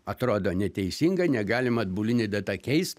atrodo neteisinga negalima atbuline data keist